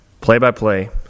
play-by-play